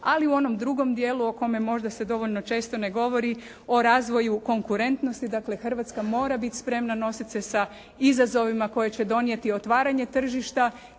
ali u onom drugom dijelu o kome možda se dovoljno često ne govori o razvoju konkurentnosti. Dakle Hrvatska mora biti spremna nositi se sa izazovima koje će donijeti otvaranje tržišta